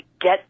get